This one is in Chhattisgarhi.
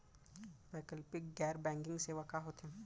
वैकल्पिक गैर बैंकिंग सेवा का होथे?